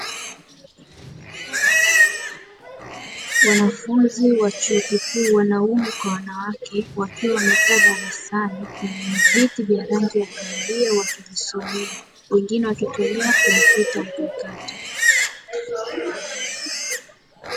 Wanafunzi wa chuo kikuu, wanaume kwa wanawake, wakiwa wamekaa darasani kwenye viti vya rangi ya kahawia wakijisomea, wengine wakitumia kompyuta mpakato.